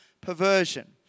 perversion